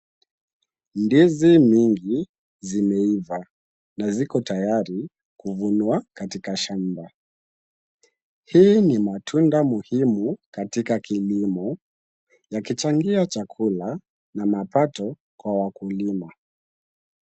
Ndizi mingi zimeiva na ziko tayari kuvanwa katika shamba. Hii ni matunda muhimu katika kilimo, yakichangia chakula na mapato kwa wakulima.